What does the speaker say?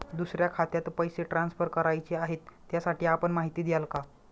दुसऱ्या खात्यात पैसे ट्रान्सफर करायचे आहेत, त्यासाठी आपण माहिती द्याल का?